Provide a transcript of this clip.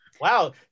Wow